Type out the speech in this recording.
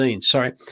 Sorry